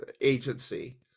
agency